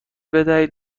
بدهید